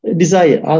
desire